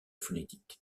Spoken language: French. phonétique